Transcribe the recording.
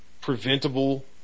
preventable